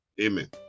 Amen